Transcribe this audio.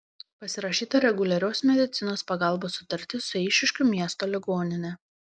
pasirašyta reguliarios medicinos pagalbos sutartis su eišiškių miesto ligonine